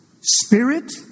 spirit